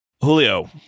Julio